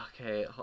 Okay